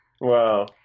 Wow